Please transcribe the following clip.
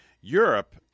Europe